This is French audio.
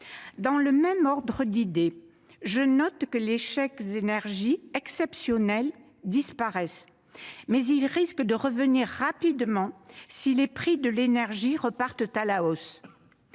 Dans le même ordre d’idée, je note que le chèque énergie exceptionnel disparaît ; mais il risque de revenir rapidement si les prix de l’énergie repartent à la hausse.